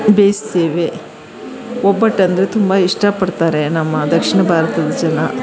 ಬೇಯಿಸ್ತೇವೆ ಒಬ್ಬಟ್ಟು ಅಂದರೆ ತುಂಬ ಇಷ್ಟಪಡ್ತಾರೆ ನಮ್ಮ ದಕ್ಷಿಣ ಭಾರತದ ಜನ